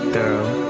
Girl